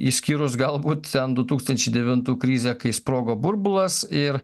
išskyrus galbūt ten du tūkstančiai devintų krizę kai sprogo burbulas ir